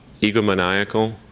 egomaniacal